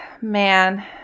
man